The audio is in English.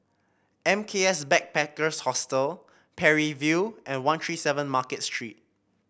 M K S Backpackers Hostel Parry View and One Three Seven Market Street